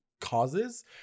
causes